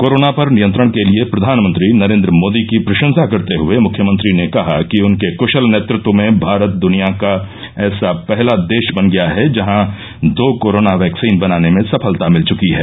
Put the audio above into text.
corona पर नियंत्रण के लिये प्रधानमंत्री नरेन्द्र मोदी की प्रशंसा करते हुये मुख्यमंत्री ने कहा कि उनके कुशल नेतृत्व में भारत दुनिया का ऐसा पहला देश बन गया है जहां दो कोरोना वैक्सीन बनाने में सफलता मिल चुकी है